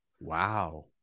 Wow